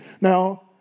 Now